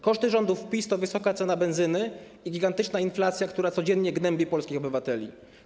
Koszty rządów PiS to wysoka ceny benzyny i gigantyczna inflacja, która codziennie gnębi polskich obywateli.